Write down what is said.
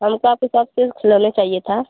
हमको आपकी सॉप से खिलौने चाहिए था